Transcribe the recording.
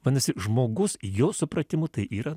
vadinasi žmogus jo supratimu tai yra